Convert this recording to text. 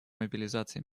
мобилизации